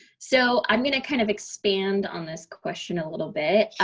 so i'm going to kind of expand on this question a little bit